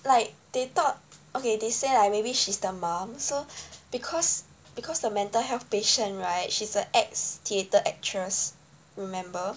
they thought okay they say like maybe she's the mom so because because the mental health patient right she's the ex theatre actress remember